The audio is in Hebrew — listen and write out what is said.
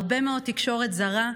הרבה מאוד תקשורת זרה.